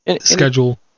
schedule